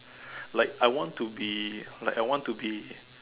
like I want to be like I want to be